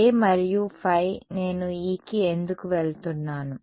A మరియు ϕ నేను Eకి ఎందుకు వెళ్తున్నాను